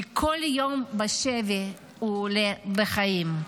כי כל יום בשבי עולה בחיים,